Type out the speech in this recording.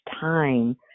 time